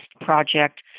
project